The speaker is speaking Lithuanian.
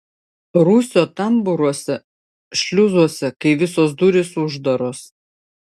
rūsio tambūruose šliuzuose kai visos durys uždaros